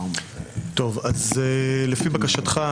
לפי בקשתך,